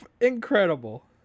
Incredible